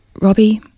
Robbie